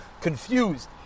confused